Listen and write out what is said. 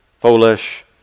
foolish